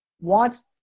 wants